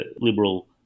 Liberal